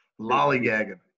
lollygagging